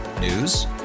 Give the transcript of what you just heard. News